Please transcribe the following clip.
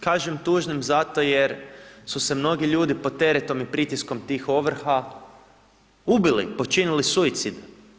Kažem tužnim zato jer su se mnogi ljudi pod teretom i pritiskom tih ovrha, ubili, počinili suicid.